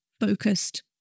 focused